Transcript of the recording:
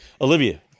Olivia